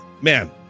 man